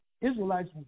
Israelites